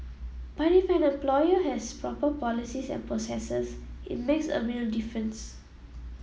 but if an employer has proper policies and processes it makes a real difference